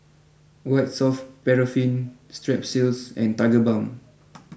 White soft Paraffin Strepsils and Tigerbalm